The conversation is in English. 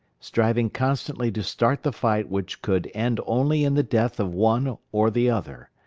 striving constantly to start the fight which could end only in the death of one or the other.